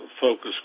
focus